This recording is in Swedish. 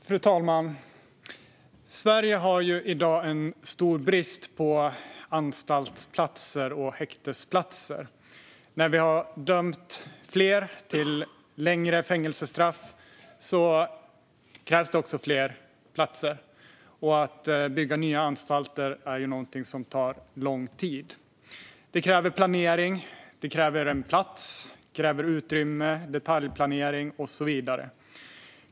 Fru talman! Sverige har i dag stor brist på anstalts och häktesplatser. När fler döms till längre fängelsestraff krävs också fler platser. Att bygga nya anstalter tar lång tid. Det kräver planering. Det kräver en plats. Det kräver utrymme, detaljplanering och så vidare.